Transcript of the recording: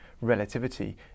relativity